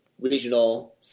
regional